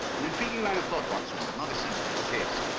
an intriguing line of thought, watson, but not essential to the case.